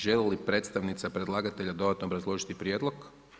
Želi li predstavnica predlagatelja dodatno obrazložiti prijedlog?